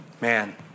Man